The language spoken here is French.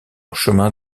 chemin